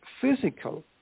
physical